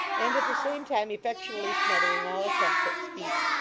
and at the same time effectually smothering all attempts at speech,